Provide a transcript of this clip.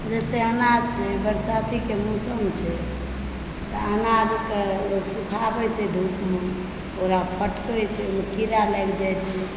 जे से अनाज छै बरसातीके मौसम छै तऽ अनाजके लोक सुखाबै छै धूपमे ओकरा फटकै छै ओहिमे कीड़ा लागि जाए छै